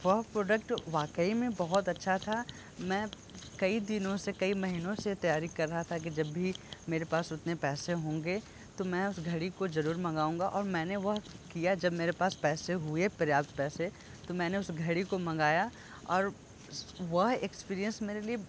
वह प्रोडक्ट वाकई में बहुत अच्छा था मैं कई दिनों से कई महीनों से तैयारी कर रहा था कि जब भी मेरे पास उतने पैसे होंगे तो मैं उस घड़ी को जरूर मगाऊँगा और मैंने वह किया जब मेरे पास पैसे हुए पर्याप्त पैसे तो मैंने उस घड़ी को मँगाया और वह एक्सपिरेन्स मेरे लिए